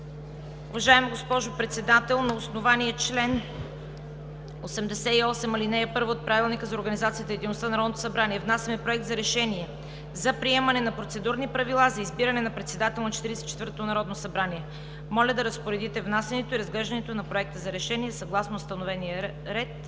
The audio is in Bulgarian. „Уважаема госпожо Председател, на основание чл. 88, ал. 1 от Правилника за организацията и дейността на Народното събрание внасяме Проект за решение за приемане на процедурни правила за избиране на председател на 44-то Народно събрание. Моля да разпоредите внасянето и разглеждането на Проекта за решение, съгласно установения ред.